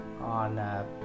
on